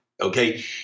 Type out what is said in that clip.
okay